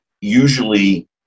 usually